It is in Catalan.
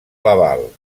laval